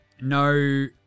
No